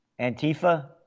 Antifa